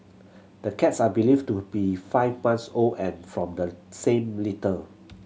the cats are believed to be five months old and from the same litter